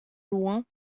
loing